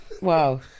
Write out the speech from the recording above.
Wow